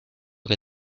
que